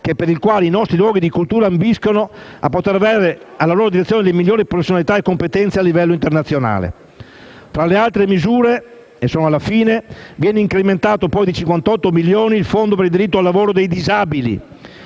per il quale i nostri luoghi di cultura ambiscono a poter avere alla loro direzione le migliori professionalità e competenze a livello internazionale. Fra le altre misure, viene incrementato poi di 58 milioni per il 2017 il Fondo per il diritto al lavoro dei disabili